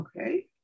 okay